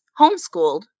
homeschooled